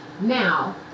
Now